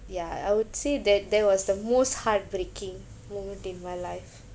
ya I would say that that was the most heartbreaking moment in my life